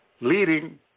leading